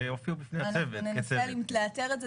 ננסה לאתר את זה.